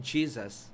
Jesus